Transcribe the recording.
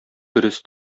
дөрес